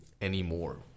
anymore